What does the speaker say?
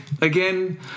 Again